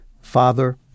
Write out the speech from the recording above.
Father